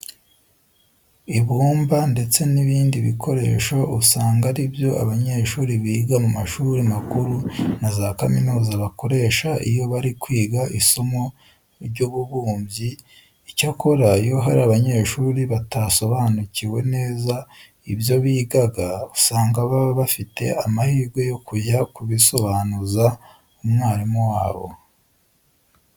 Ibumba ndetse n'ibindi bikoresho usanga ari byo abanyeshuri biga mu mashuri makuru na za kaminuza bakoresha iyo bari kwiga isomo ry'ububumbyi. Icyakora iyo hari abanyeshuri batasobanukiwe neza ibyo bigaga, usanga baba bafite amahirwe yo kujya kubisobanuza umwarimu wabo.